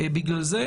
בגלל זה.